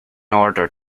order